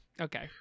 okay